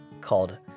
called